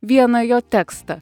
vieną jo tekstą